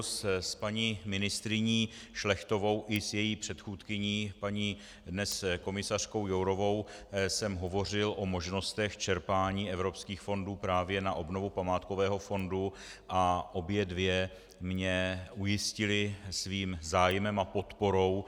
S paní ministryní Šlechtovou i s její předchůdkyní, paní dnes komisařkou Jourovou jsem hovořil o možnostech čerpání evropských fondů právě na obnovu památkového fondu a obě mě ujistily svým zájmem a podporou.